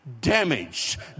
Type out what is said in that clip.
damaged